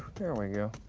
there we go.